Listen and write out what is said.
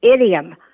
idiom